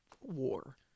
war